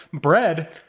bread